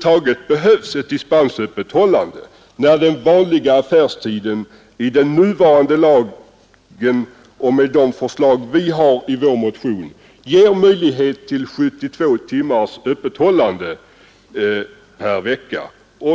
skall behövas ett dispensöppethållande, när den vanliga affärstiden i den nuvarande lagen och med de förslag vi har i vår motion ger möjlighet till 72 timmars öppethållande per vecka.